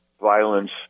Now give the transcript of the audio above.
violence